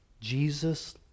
Jesus